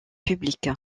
publique